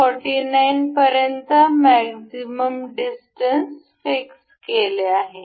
49 पर्यंत maximum distance fix केले आहे